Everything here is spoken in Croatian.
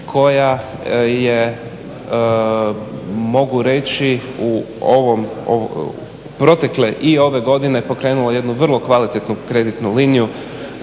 koja je mogu reći protekle i ove godine pokrenula jednu vrlo kvalitetnu kreditnu liniju